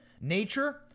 nature